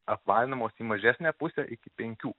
apvalinamos į mažesnę pusę iki penkių